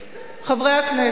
חברי הכנסת,